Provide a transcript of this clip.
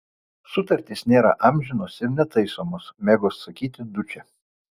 sutartys nėra amžinos ir netaisomos mėgo sakyti dučė